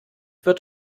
wird